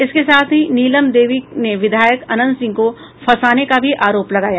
इसके साथ ही नीलम देवी ने विधायक अनंत सिंह को फंसाने का भी आरोप लगाया